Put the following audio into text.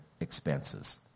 expenses